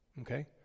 Okay